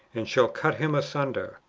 and shall cut him asunder,